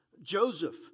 Joseph